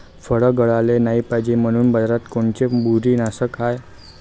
फळं गळाले नाही पायजे म्हनून बाजारात कोनचं बुरशीनाशक हाय?